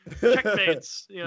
Checkmates